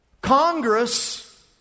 Congress